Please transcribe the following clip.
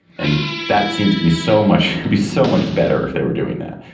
and that seems to me so much to be so much better if they were doing that.